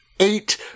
Eight